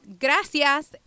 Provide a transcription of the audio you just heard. Gracias